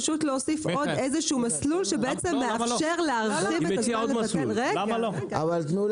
פשוט להוסיף עוד איזשהו מסלול שמאפשר להרחיב --- לא בהכרח